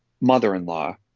mother-in-law